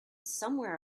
somewhere